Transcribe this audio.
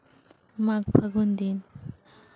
ᱢᱟᱜᱷ ᱯᱷᱟᱹᱜᱩᱱ ᱫᱤᱱ